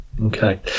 Okay